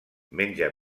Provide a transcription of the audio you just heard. menja